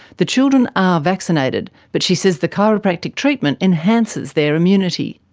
the children are vaccinated, but she says the chiropractic treatment enhances their immunity.